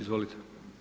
Izvolite.